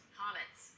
comments